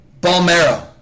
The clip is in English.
Balmero